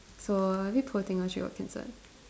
so a bit poor thing ah she got cancelled